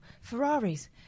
Ferraris